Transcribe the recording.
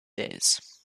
days